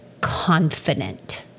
confident